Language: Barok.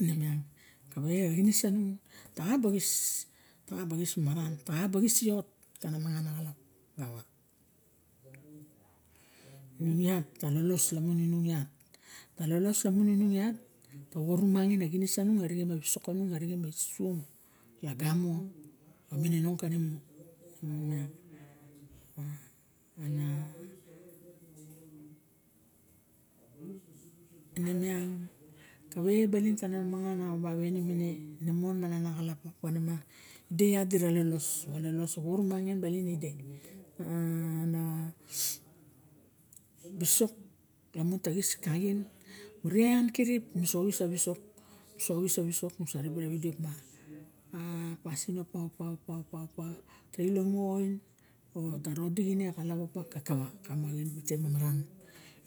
Nemiang kave a xinis sanung taxa ba xis maran taxaba xis iot kamangar a xalap nung iat ta lolos hhamun inung iat ta orumangin a xinis sanung arixem ma wisok kanu me suom lagamo xa mininong kanimu ine miang kave baling tana mangana ovwaine mine de iat dira lolos sawa orumangim baling ide ana wisok lamun ta xis kaxiln mura eian kirip mu sa oxis a wisok musa ribe rawidi opa a pasin opa- opa- opa tailo mu a ain o ta todik ine xalap kakawa mawhite maran